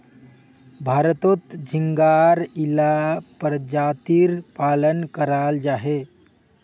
भारतोत झिंगार इला परजातीर पालन कराल जाहा